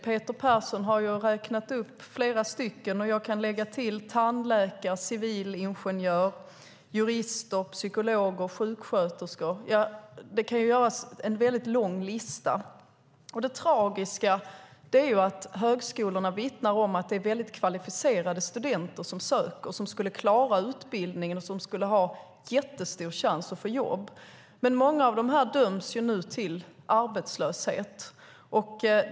Peter Persson har räknat upp flera stycken, och jag kan lägga till tandläkare, civilingenjörer, jurister, psykologer och sjuksköterskor. Det kan göras en väldigt lång lista. Det tragiska är att högskolorna vittnar om att det är väldigt kvalificerade studenter som söker. De skulle klara utbildningen och ha jättestor chans att få jobb. Men många av dessa döms nu till arbetslöshet.